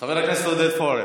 חבר הכנסת עודד פורר.